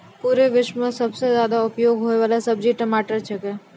पूरा विश्व मॅ सबसॅ ज्यादा उपयोग होयवाला सब्जी टमाटर छेकै